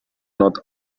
not